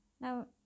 Now